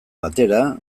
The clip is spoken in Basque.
batera